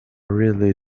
really